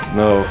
no